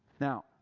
Now